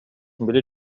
били